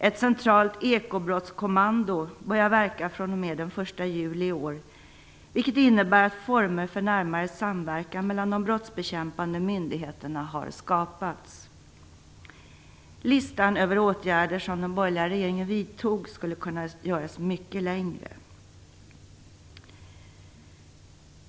Ett centralt "ekobrottskommando" börjar verka fr.o.m. den 1 juli i år, vilket innebär att former för närmare samverkan mellan de brottsbekämpande myndigheterna har skapats. Listan över åtgärder som den borgerliga regeringen vidtog skulle kunna göras mycket längre.